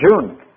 June